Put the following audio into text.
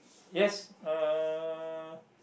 yes uh